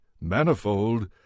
manifold